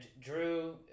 Drew